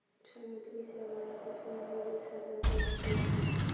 समुद्री शेवाळाच्या सुमारे वीस हजार प्रजाती आहेत